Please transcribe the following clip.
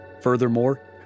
Furthermore